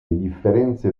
differenze